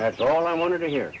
that's all i wanted to hear